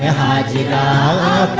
da da